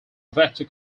vector